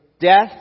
death